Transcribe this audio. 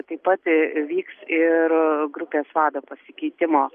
taip pat vyks ir grupės vado pasikeitimo